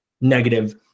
negative